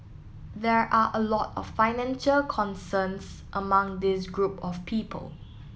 there are a lot of financial concerns among this group of people